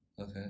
okay